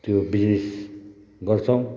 त्यो बिजनेस गर्छौँ